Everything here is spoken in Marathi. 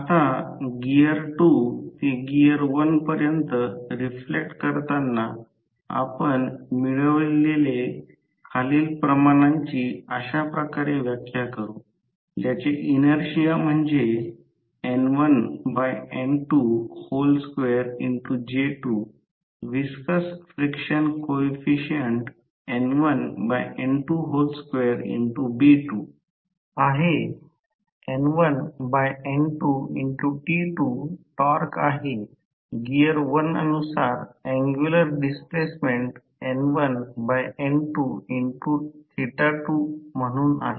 आता गिअर 2 ते गिअर 1 पर्यंत रिफ्लेक्ट करताना आपण मिळविलेले खालील प्रमाणांची अशा प्रकारे व्याख्या करू त्याचे इनर्शिया म्हणजे N1N22J2 viscous friction coefficient N1N22B2 आहे N1N2T2 टॉर्क आहे गियर 1 नुसार अँग्युलर डिस्प्लेसमेंट N1N22 म्हणून आहे